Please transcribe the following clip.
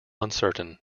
uncertain